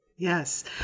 yes